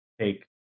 Take